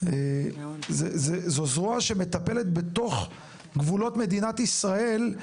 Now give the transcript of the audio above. זו זרוע שמטפלת בתוך גבולות מדינת ישראל,